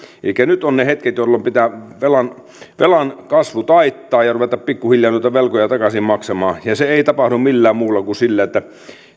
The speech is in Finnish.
elikkä nyt ovat ne hetket jolloin pitää velan velan kasvu taittaa ja pikkuhiljaa ruveta velkoja takaisin maksamaan se ei tapahdu millään muulla kuin sillä että